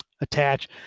attach